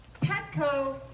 PETCO